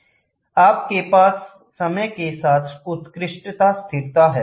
उनके पास समय के साथ उत्कृष्ट स्थिरता है